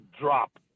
drop